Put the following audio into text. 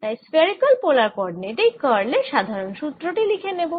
তাই spherical polar কোঅরডিনেটেই curl এই সাধারন সুত্র টি লিখে নেব